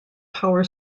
power